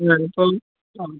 ഞാൻ ഇപ്പം ആ